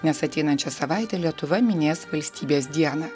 nes ateinančią savaitę lietuva minės valstybės dieną